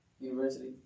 University